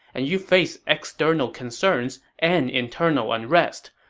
and you face external concerns and internal unrest.